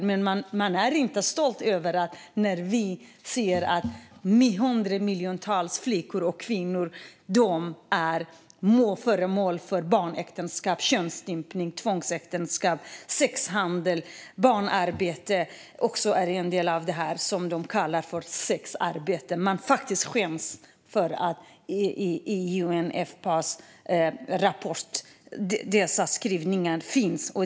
Men jag är inte stolt när jag ser att miljoner flickor och kvinnor är föremål för barnäktenskap, könsstympning, tvångsäktenskap, sexhandel och barnarbete och är en del av det som kallas sexarbete. Man skäms faktiskt över UNFPA:s rapport där dessa skrivningar finns.